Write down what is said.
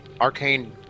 arcane